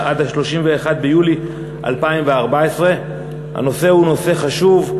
עד 31 ביולי 2014. הנושא הוא נושא חשוב.